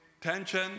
tension